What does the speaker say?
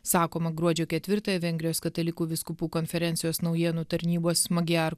sakoma gruodžio ketvirtąją vengrijos katalikų vyskupų konferencijos naujienų tarnybos magyar